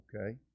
okay